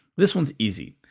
this one's easy.